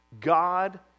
God